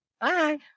Bye